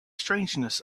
strangeness